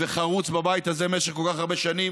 וחרוץ בבית הזה במשך כל כך הרבה שנים,